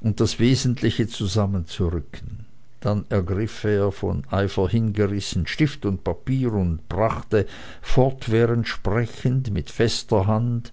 und das wesentliche zusammenzurücken dann ergriff er von eifer hingerissen stift und papier und brachte fortwährend sprechend mit fester hand